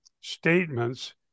statements